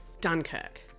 Dunkirk